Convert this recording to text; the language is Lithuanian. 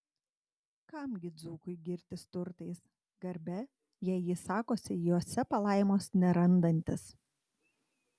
kam gi dzūkui girtis turtais garbe jei jis sakosi juose palaimos nerandantis